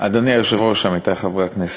היושב-ראש, עמיתי חברי הכנסת,